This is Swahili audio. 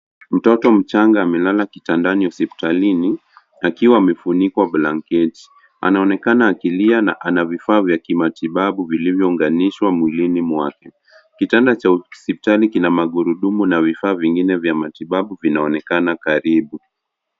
Mtoto mchanga amelala kitandani hospitalini, akiwa amefunikwa blanketi, anaonekana akilia na ana vifaa vya kimatibabu vilivyounganishwa mwilini mwake. Kitanda cha hospitalini kina magurudumu, na vifaa vingine vya matibabu vinaonekana karibu.